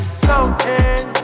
floating